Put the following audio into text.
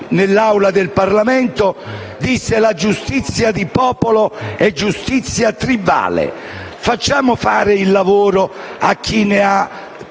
nell'Aula del Parlamento che la giustizia di popolo è giustizia tribale. Facciamo fare il lavoro a chi ne ha